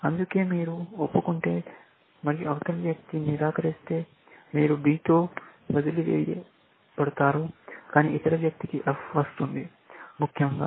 అందుకే మీరు ఒప్పుకుంటే మరియు అవతలి వ్యక్తి నిరాకరిస్తే మీరు B తో వదిలివేయబడతారు కాని ఇతర వ్యక్తికి F వస్తుంది ముఖ్యంగా